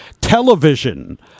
Television